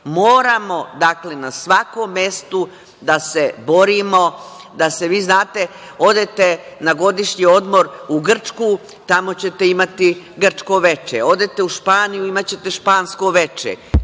Moramo na svakom mestu da se borimo. Znate, odete na godišnji odmor u Grčku, tamo ćete imati grčko veče, odete u Španiju imaćete špansko veče